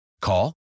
Call